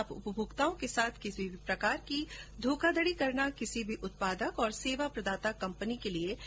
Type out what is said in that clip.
अब उपभोक्ताओं के साथ किसी भी प्रकार की धोखाधड़ी करना किसी भी उत्पादक और सेवा प्रदाता कम्पनी के लिए मंहगा साबित होगा